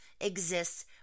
exists